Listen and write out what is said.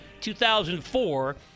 2004